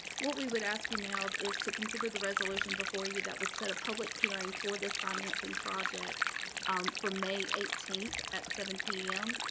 what we would ask you now is to consider the resolution before us that would set a public hearing for this financing project from may eighteen, at seven pm.